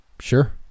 sure